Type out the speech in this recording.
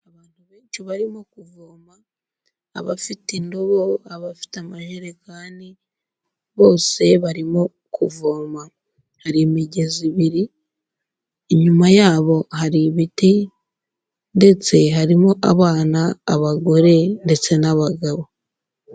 Abantu benshi barimo kuvoma: abafite indobo, abafite amajerekani, bose barimo kuvoma. Hari imigezi ibiri, inyuma yabo hari ibiti ndetse harimo abana, abagore ndetse n'abagabo.